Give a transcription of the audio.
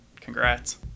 congrats